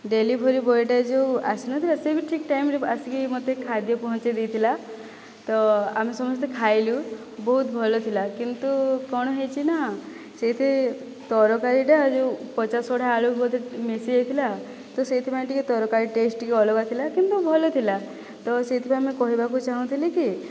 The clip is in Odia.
ଡେଲିଭେରୀ ବଏଟା ଯେଉଁ ଆସିନଥିଲା ସେ ବି ଠିକ୍ ଟାଇମରେ ଆସିକି ମୋତେ ଖାଦ୍ୟ ପହଞ୍ଚେଇ ଦେଇଥିଲା ତ ଆମେ ସମସ୍ତେ ଖାଇଲୁ ବହୁତ ଭଲ ଥିଲା କିନ୍ତୁ କ'ଣ ହୋଇଛି ନା ସେଇଠି ତରକାରୀଟା ଯେଉଁ ପଚାସଢ଼ା ଆଳୁ ବୋଧେ ମିଶିଯାଇଥିଲା ତ ସେଇଥିପାଇଁ ଟିକିଏ ତରକାରୀ ଟେଷ୍ଟ ଟିକିଏ ଅଲଗା ଥିଲା କିନ୍ତୁ ଭଲ ଥିଲା ତ ସେଇଥିପାଇଁ ଆମେ କହିବାକୁ ଚାହୁଁଥିଲେ କି